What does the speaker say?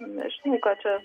nežinau ką čia